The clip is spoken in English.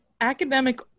academic